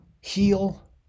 heal